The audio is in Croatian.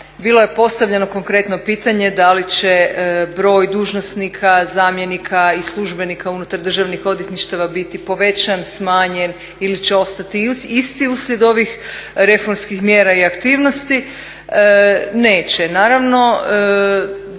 Bilo je postavljeno konkretno pitanje da li će broj dužnosnika, zamjenika i službenika unutar državnih odvjetništava biti povećan, smanjen ili će ostati isti uslijed ovih reformskih mjera i aktivnosti. Neće